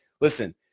Listen